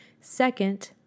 Second